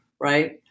right